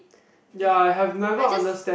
i just